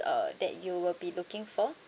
uh that you will be looking for